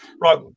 Right